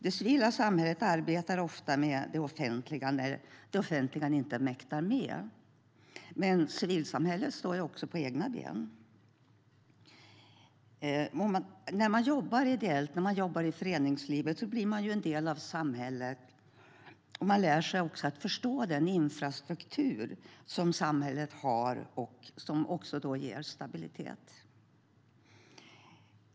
Det civila samhället arbetar ofta med det offentliga när det offentliga inte mäktar med. Men civilsamhället står också på egna ben. När man jobbar ideellt i föreningslivet blir man ju en del av samhället. Man lär sig också att förstå samhällets infrastruktur, och det ger också stabilitet.